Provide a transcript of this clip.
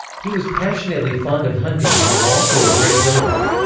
he was passionately fond of hunting and was also a great builder.